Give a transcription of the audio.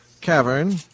cavern